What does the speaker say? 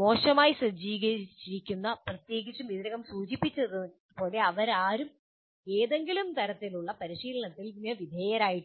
മോശമായി സജ്ജീകരിച്ചിരിക്കുന്നു പ്രത്യേകിച്ചും ഞങ്ങൾ ഇതിനകം സൂചിപ്പിച്ചതുപോലെ അവരാരും ഏതെങ്കിലും തരത്തിലുള്ള പരിശീലനത്തിന് വിധേയരായിട്ടില്ല